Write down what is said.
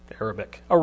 Arabic